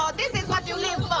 um this is what you live